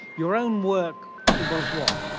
your own work involves what?